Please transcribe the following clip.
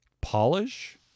polish